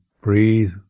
breathe